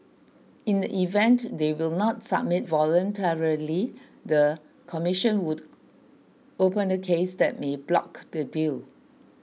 in the event they will not submit voluntarily the commission would open a case that may block the deal